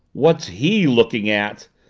what's he looking at?